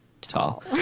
tall